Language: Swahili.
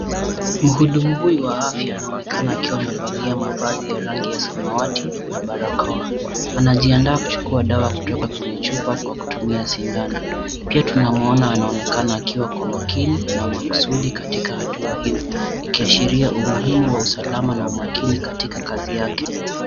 Mhudumu huyu wa afya anaonekana akiwa amevalia mavazi ya rangi ya samawati na barakoa. Anajiandaa kuchukua dawa kutoka kwenye chupa kwa kutumia sindano. Pia tunamuona anaonekana akiwa kwa makini na makusudi katika hatua hiyo Ikiashiria umuhimu wa usalama na umakini katika kazi yake.